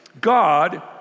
God